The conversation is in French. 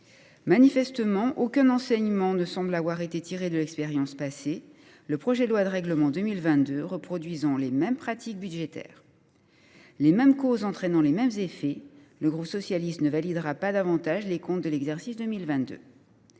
Manifestement, aucun enseignement ne semble avoir été tiré de l’expérience passée, le projet de loi de règlement de l’année 2022 reproduisant les mêmes pratiques budgétaires. Les mêmes causes entraînant les mêmes effets, le groupe socialiste ne validera pas davantage les comptes de l’exercice 2022.